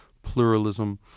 pluralism,